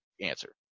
answer